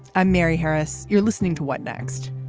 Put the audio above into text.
i'm mary harris. you're listening to what next.